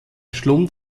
schlund